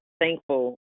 thankful